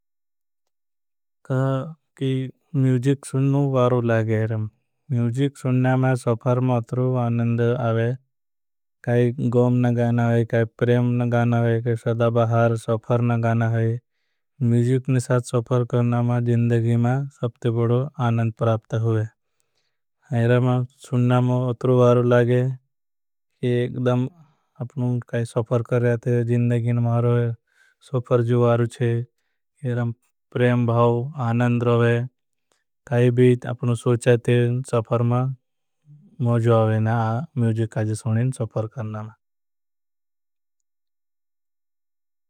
कि म्यूजिक सुनना वारू लागे हरम। में सफर मातरू आनन्द आवे गौमना। गाना है काई प्रेमना गाना है काई। सदा बहार सफरना गाना है ने साथ। सफर करना मां जिन्दगी मां सबते बड़ो। आनन्द पराप्त हुए सुनना मां अतरू वारू। लागे कि एकडम आपनों काई सफर कर। रहे थे मां सफर जो वारू छे हरम प्रेम भाव। आनन्द रहे भी आपनों सोचा थे सफर मां। मौज़व आवेना म्यूजिक आज सुनने सफर। करना मां।